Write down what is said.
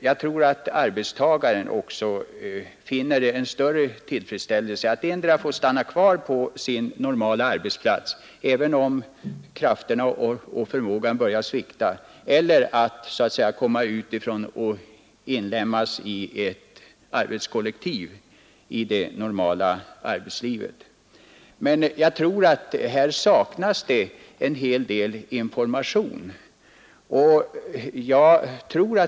Jag tror att också arbetstagaren finner den största tillfredsställelsen i att endera få stanna kvar på sin normala arbetsplats, även om krafterna och förmågan börjar svikta, eller att komma utifrån och inlemmas i ett nytt arbetskollektiv i det normala arbetslivet. På denna punkt föreligger dock en betydande brist på information.